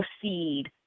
proceed